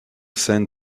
send